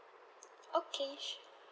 okay